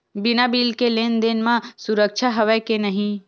बिना बिल के लेन देन म सुरक्षा हवय के नहीं?